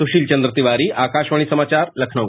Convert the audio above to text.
सुशील चन्द्र तिवारी आकाशवाणी समाचार लखनऊ